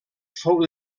fou